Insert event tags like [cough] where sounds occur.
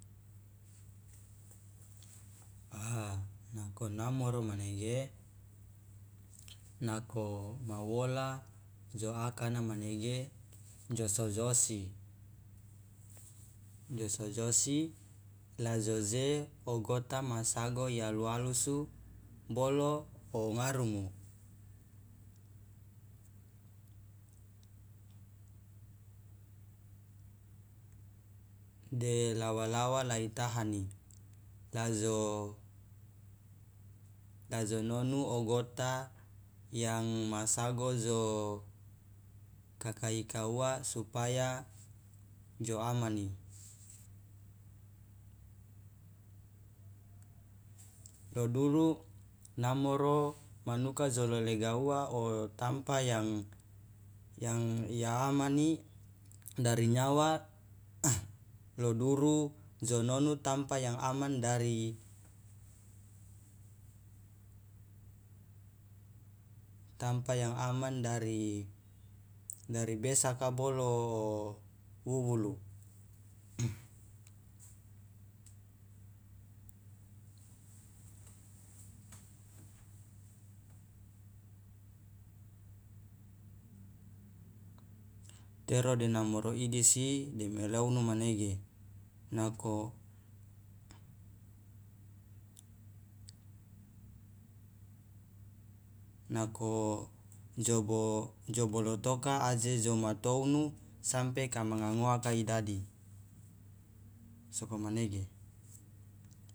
[noise] a nako namoro manege nako ma wola jo akana manege jo sojo osi jo sojosi la jo je o gota ma sago iyalu alusu bolo o ngarumu de lawa lawa la itahani la jo la jo nonu o gota yang ma sago jo kakaika uwa supaya jo amani lo duru namoro manuka jo lelega uwa otampa yang yang yang iyayamani dari nyawa [noise] lo duru jo nonu tampa yang aman dari tampa yang aman dari dari besaka bolo wuwulu [noise] tero de namoro idisi de meleunu manege nako nako jobolotoka aje joma tounu sampe ka manga ngoaka idadi sokomanege.